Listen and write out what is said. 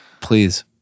Please